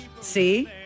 See